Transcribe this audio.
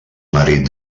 marit